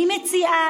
אני מציעה